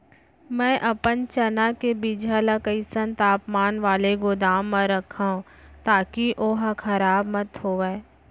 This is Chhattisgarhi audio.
मैं अपन चना के बीजहा ल कइसन तापमान वाले गोदाम म रखव ताकि ओहा खराब मत होवय?